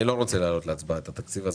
אני לא רוצה להעלות להצבעה את התקציב הזה.